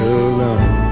alone